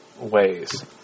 ways